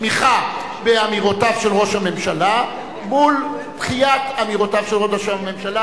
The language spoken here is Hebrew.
תמיכה באמירותיו של ראש הממשלה מול דחיית אמירותיו של ראש הממשלה,